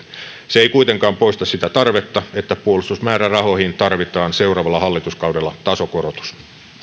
se ei kuitenkaan poista sitä tarvetta että puolustusmäärärahoihin tarvitaan seuraavalla hallituskaudella tasokorotus